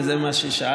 וזה מה ששאלת.